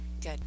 Good